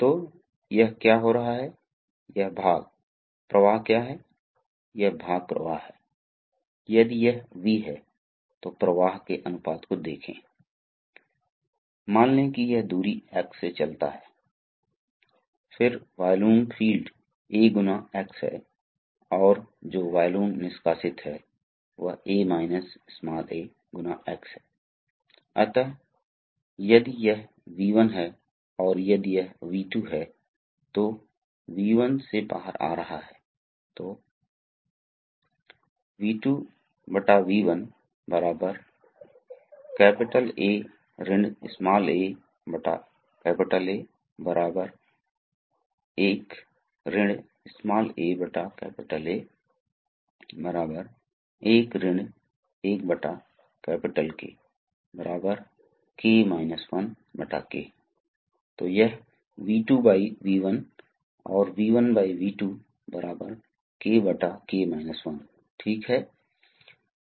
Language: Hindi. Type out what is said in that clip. तो पहला चेक वाल्व चेक वाल्व क्या करता है यह एक दिशा में प्रवाह की अनुमति देगा लेकिन दूसरी दिशा नहीं और यह इसलिए आप देखते हैं कि यह कैसे बहुत सरलता से काम करता है यह निर्माण में से एक है वास्तव में विभिन्न प्रकार के चेक वाल्व हैं हाइड्रोलिक सिस्टम के यांत्रिक डिजाइन बहुत जटिल हैं उन्हें बहुत सटीक विनिर्माण की आवश्यकता होती है और इसलिए विभिन्न निर्माण संभव हैं लेकिन हम मुख्य रूप से योजनाबद्ध तरीके से देखेंगे यह एक योजनाबद्ध है जहां हम उपयोग करते हैं बॉल टाइप चेक वाल्व हम विभिन्न प्रकार के पप्पेट चेक वाल्व का भी उपयोग कर सकते हैं